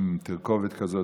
עם תרכובת כזאת,